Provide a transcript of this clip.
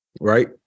right